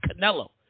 Canelo